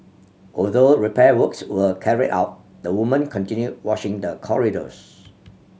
although repair works were carried out the woman continued washing the corridors